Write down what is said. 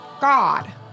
God